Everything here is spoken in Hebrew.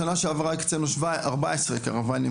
שנה שעבר הקצנו 14 קרוואנים,